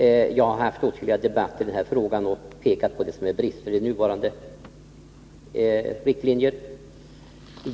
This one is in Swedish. Jag har deltagit i åtskilliga debatter i den här frågan och därvid pekat på vad som brister i nuvarande riktlinjer.